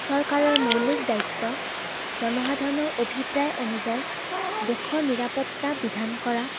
চৰকাৰৰ মৌলিক দায়িত্ব জনসাধাৰণৰ অভিপ্ৰায় অনুযায়ী দেশৰ নিৰাপত্তা বিধান কৰা